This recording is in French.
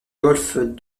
golfe